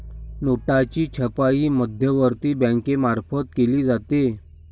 नोटांची छपाई मध्यवर्ती बँकेमार्फत केली जाते